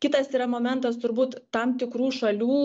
kitas yra momentas turbūt tam tikrų šalių